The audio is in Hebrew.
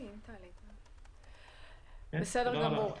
תודה רבה.